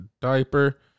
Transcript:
diaper